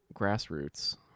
Grassroots